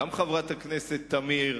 גם חברת הכנסת תמיר,